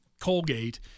Colgate